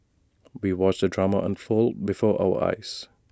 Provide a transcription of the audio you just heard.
we watched the drama unfold before our eyes